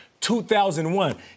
2001